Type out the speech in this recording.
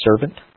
servant